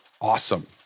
awesome